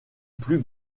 plus